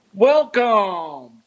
welcome